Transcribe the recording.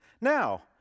Now